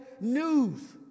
news